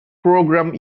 program